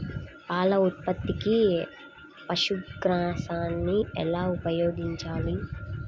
పాల ఉత్పత్తికి పశుగ్రాసాన్ని ఎలా ఉపయోగించాలి?